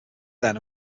then